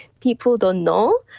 people don't know,